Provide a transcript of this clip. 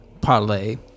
parlay